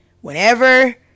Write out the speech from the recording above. Whenever